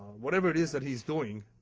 whatever it is that he's doing,